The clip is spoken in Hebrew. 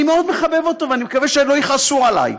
אני מאוד מחבב אותו, ואני מקווה שלא יכעסו עליי.